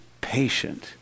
patient